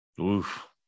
Oof